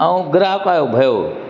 ऐं ग्राहक आहियो भयो